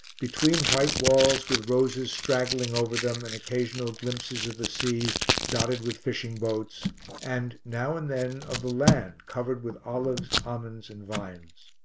between white walls with roses straggling over them and occasional glimpses of the sea dotted with fishing boats and, now and then, of the land covered with olives, almonds, and vines.